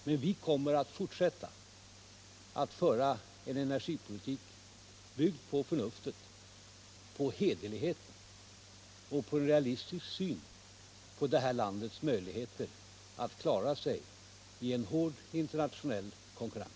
Men vi kommer att fortsätta att föra en energipolitik byggd på förnuftet, på hederlighet och på en realistisk syn på det här landets möjligheter att klara sig i en hård internationell konkurrens.